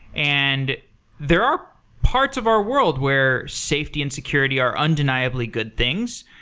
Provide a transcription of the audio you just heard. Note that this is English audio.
and there are parts of our world where safety and security are undeniably good things.